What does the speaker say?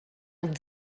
und